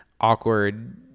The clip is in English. awkward